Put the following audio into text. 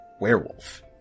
werewolf